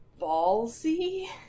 ballsy